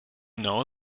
know